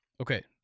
okay